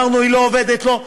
אמרנו, היא לא עובדת, היא לא,